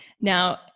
Now